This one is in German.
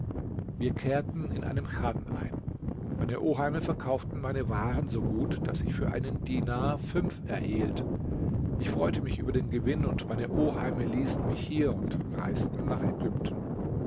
wir kehrten in einem chan ein meine oheime verkauften meine waren so gut daß ich für einen dinar fünf erhielt ich freute mich über den gewinn und meine oheime ließen mich hier und reisten nach ägypten